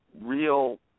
real